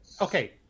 Okay